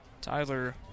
Tyler